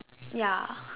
ya